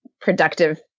productive